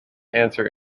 answer